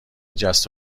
جست